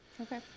Okay